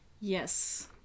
Yes